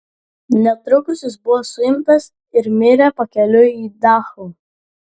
netrukus jis buvo suimtas ir mirė pakeliui į dachau